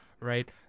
Right